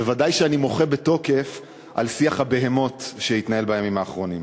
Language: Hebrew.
וודאי שאני מוחה בתוקף על שיח הבהמות שהתנהל בימים האחרונים.